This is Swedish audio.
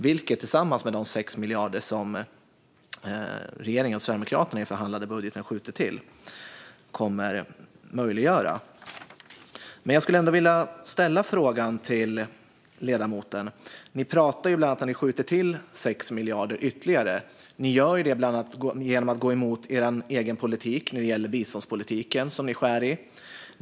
Till detta kommer de 6 miljarder som regeringen och Sverigedemokraterna skjuter till i den budget som förhandlats fram. Jag skulle vilja ställa en fråga till ledamoten. Ni pratar om att ni skjuter till ytterligare 6 miljarder. Ni gör detta bland annat genom att gå emot er egen biståndspolitik, som ni skär i.